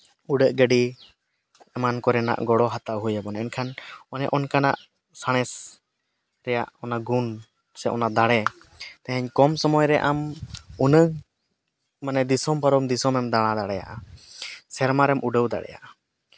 ᱩᱰᱟᱹᱜ ᱜᱟᱹᱰᱤ ᱮᱢᱟᱱ ᱠᱚᱨᱮᱱᱟᱜ ᱜᱚᱲᱚ ᱦᱟᱛᱟᱣ ᱦᱩᱭ ᱟᱵᱚᱱᱟ ᱮᱱᱠᱷᱟᱱ ᱚᱱᱮ ᱚᱱᱠᱟᱱᱟᱜ ᱥᱟᱬᱮᱥ ᱨᱮᱭᱟᱜ ᱚᱱᱟ ᱜᱩᱱ ᱥᱮ ᱚᱱᱟ ᱫᱟᱲᱮ ᱛᱮᱦᱤᱧ ᱠᱚᱢ ᱥᱚᱢᱚᱭ ᱨᱮ ᱟᱢ ᱩᱱᱟᱹᱜ ᱢᱟᱱᱮ ᱫᱤᱥᱚᱢ ᱯᱟᱨᱚᱢ ᱫᱤᱥᱚᱢ ᱮᱢ ᱫᱟᱬᱟ ᱫᱟᱲᱮᱭᱟᱜᱼᱟ ᱥᱮᱨᱢᱟ ᱨᱮᱢ ᱩᱰᱟᱹᱣ ᱫᱟᱲᱮᱭᱟᱜᱼᱟ